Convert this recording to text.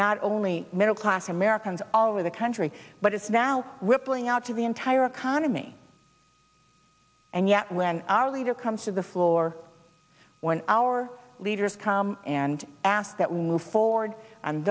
not only middle class americans all over the country but it's now rippling out to the entire economy and yet when our leader comes to the floor when our leaders come and ask that lew ford and